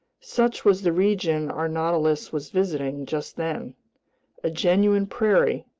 such was the region our nautilus was visiting just then a genuine prairie,